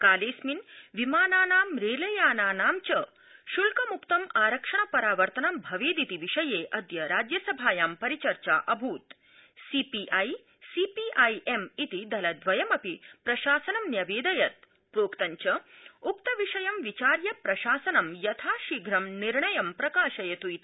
काल ्रिस्मिन् विमाननां रस्प्रानानां च शुल्कमुक्त आरक्षण परावर्तनं भवर्दिति विषय अिद्य राज्यसभायां परिचर्चा अभूत् C P I C P I M इति दलद्वय मपि प्रशासनं न्यवर्ष वत् प्रोक्त च उक्तविषय विचार्य प्रशासनं यथाशीध्रं निर्णयं प्रकाशयत् इति